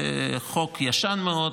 זה חוק ישן מאוד,